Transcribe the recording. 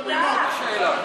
יש דיון.